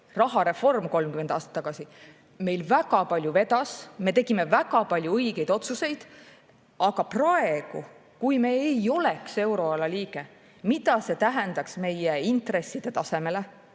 rahareformiga 30 aastat tagasi. Meil väga palju vedas, me tegime väga palju õigeid otsuseid. Aga praegu, kui me ei oleks euroala liige, mida see tähendaks meie intresside tasemele,